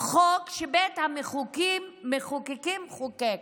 חוק שבית המחוקקים חוקק.